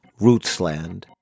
Rootsland